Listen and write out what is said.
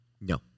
no